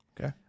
Okay